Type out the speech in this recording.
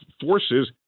forces